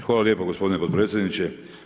Hvala lijepo gospodine potpredsjedniče.